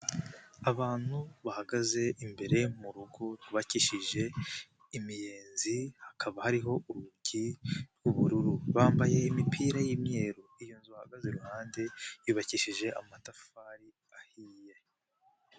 Abantu bahagaze imbere mu rugo rwubakishije imiyenzi, hakaba hariho urugi rw'ubururu. Bambaye imipira y'imyeru. Iyo nzu bahagaze iruhande yubakishije amatafari ahiye.